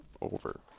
over